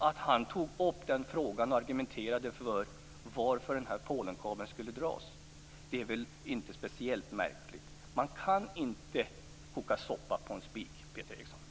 Att han tog upp den frågan och argumenterade för skälen till att Polenkabeln skulle dras är väl inte speciellt märkligt. Man kan inte koka soppa på en spik, Peter Eriksson!